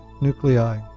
nuclei